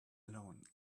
alone